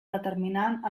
determinant